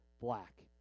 black